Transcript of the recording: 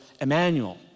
Emmanuel